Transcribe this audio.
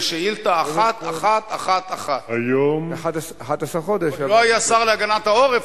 לשאילתא 1111. עוד לא היה שר להגנת העורף,